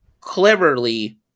cleverly